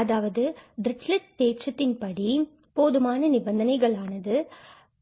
அதாவது டிரிச்சிலட் தேற்றத்தின் படி போதுமான நிபந்தனைகள் ஆனது